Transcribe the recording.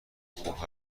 خوب